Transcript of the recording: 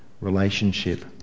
Relationship